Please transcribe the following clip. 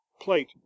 plate